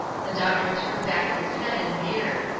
the doctor threw back his head and beard.